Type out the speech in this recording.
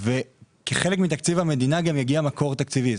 כחלק מתקציב המדינה גם יגיע מקור תקציבי.